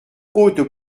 haute